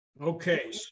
Okay